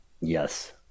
Yes